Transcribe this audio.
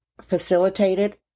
facilitated